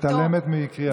את מתעלמת מקריאתי?